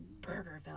Burgerville